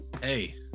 hey